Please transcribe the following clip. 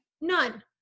None